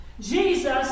Jesus